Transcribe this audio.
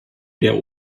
der